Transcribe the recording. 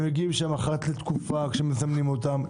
הם מגיעים לשם אחת לתקופה כשמזמנים אותם.